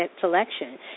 selection